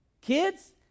Kids